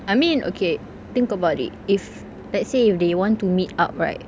I mean okay think about it if let's say if they want to meet up right